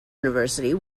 university